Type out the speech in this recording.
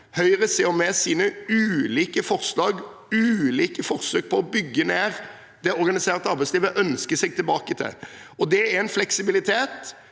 høyresiden med sine ulike forslag og ulike forsøk på å bygge ned det organiserte arbeidslivet ønsker seg tilbake til. Det er en fleksibilitet